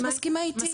את מסכימה איתי?